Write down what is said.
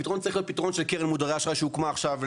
הפתרון צריך להיות פתרון של קרן מודרי אשראי שהוקמה עכשיו,